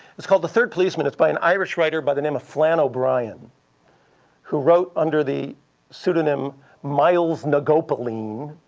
it's called the third policeman. it's by an irish irish writer by the name of flann o'brien who wrote under the pseudonym myles na gcopaleen,